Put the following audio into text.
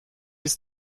ist